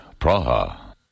Praha